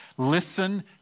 Listen